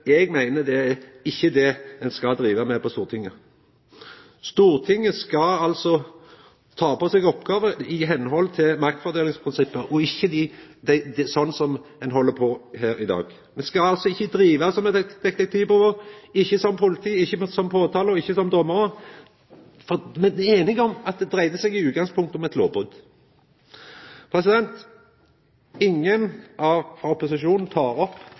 eg meiner at det ikkje er det ein skal driva med på Stortinget. Stortinget skal ta på seg oppgåver i samsvar med maktfordelingsprinsippet og ikkje halda på slik som i dag. Me skal altså ikkje driva som eit detektivbyrå, ikkje som politi, ikkje som påtalemyndigheit og ikkje som dommarar. Me er einige om at det i utgangspunktet dreidde seg om eit lovbrot. Ingen frå opposisjonen tek opp